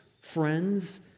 friends